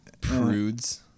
Prudes